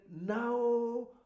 now